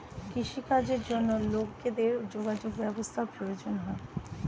কৃষি কাজের জন্য লোকেদের যোগাযোগ ব্যবস্থার প্রয়োজন হয়